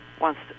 wants